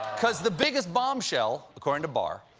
because the biggest bombshell, according to barr,